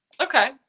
Okay